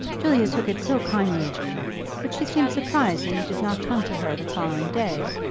julia took it so kindly of you but she seems surprised that you did not come to her the following day.